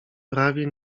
prawie